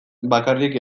bakarrik